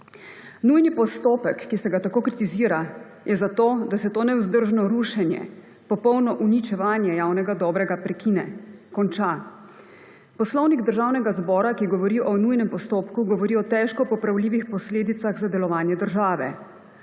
Nujni postopek, ki se ga tako kritizira, je zato, da se to nevzdržno rušenje, popolno uničevanje javnega dobrega prekine, konča. Poslovnik Državnega zbora, ki govori o nujnem postopku, govori o težko popravljivih posledicah za delovanje države.